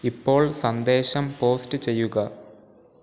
ഇപ്പോൾ സന്ദേശം പോസ്റ്റ് ചെയ്യുക